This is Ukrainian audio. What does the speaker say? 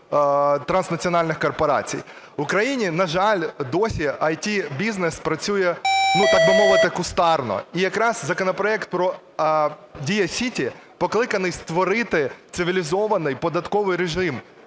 транснаціональних корпорацій. В Україні, на жаль, досі IT-бізнес працює, так би мовити, кустарно. І якраз законопроект про "Дія Сіті" покликаний створити цивілізований податковий режим,